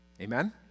Amen